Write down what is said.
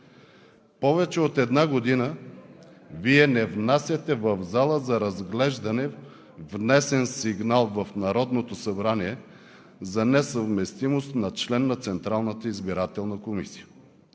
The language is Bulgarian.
Повече от една година Вие не внасяте в залата за разглеждане внесения в Народното събрание сигнал за несъвместимост на член на Централната избирателна комисия.